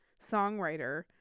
songwriter